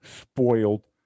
spoiled